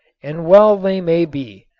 and well they may be,